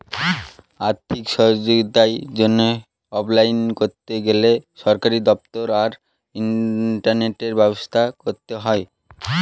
আর্থিক সহায়তার জন্য অ্যাপলাই করতে গেলে সরকারি দপ্তর আর ইন্টারনেটের ব্যবস্থা করতে হয়